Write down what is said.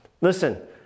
Listen